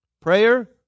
Prayer